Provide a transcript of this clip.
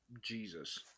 Jesus